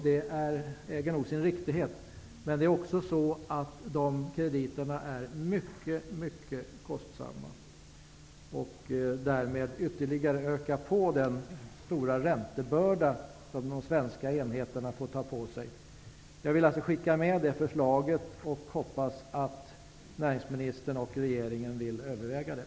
Det äger sin riktighet, men de krediterna är mycket kostsamma. Därmed ökar de ytterligare den stora räntebörda som de svenska enheterna får ta på sig. Jag vill alltså skicka det förslaget med näringsministern och hoppas att regeringen vill överväga det.